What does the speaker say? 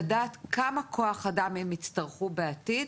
לדעת כמה כוח אדם הם יצטרכו בעתיד.